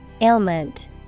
Ailment